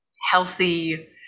healthy